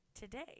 today